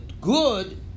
good